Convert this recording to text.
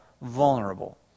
vulnerable